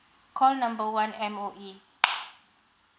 call number one M_O_E